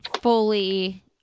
fully